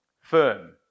firm